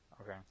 Okay